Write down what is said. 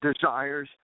desires